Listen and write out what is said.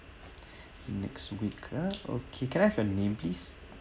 next week class okay can I have your name please